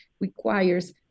requires